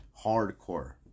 hardcore